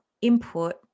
input